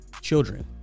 Children